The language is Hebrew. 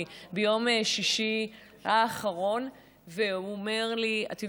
ביום שישי האחרון והוא אומר לי: את יודעת,